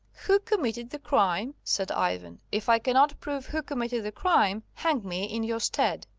who committed the crime! said ivan. if i cannot prove who committed the crime, hang me in your stead.